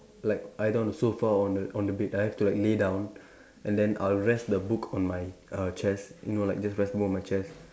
like either on the sofa or on the on the bed I have to like lay down and then I'll rest the book on my err chest you know like just rest the book on my chest